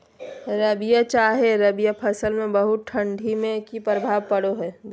रबिया चाहे रवि फसल में बहुत ठंडी से की प्रभाव पड़ो है?